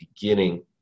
beginning